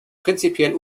prinzipiell